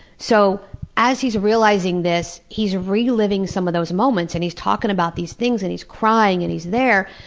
so as he's realizing this, he's reliving some of those moments and he's talking about these things and he's crying and he's there,